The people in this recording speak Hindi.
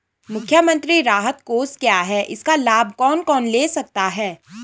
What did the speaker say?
मुख्यमंत्री राहत कोष क्या है इसका लाभ कौन कौन ले सकता है?